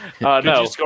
No